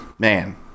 Man